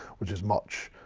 which is much,